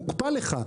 מוקפא לך.